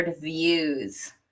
views